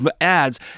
ads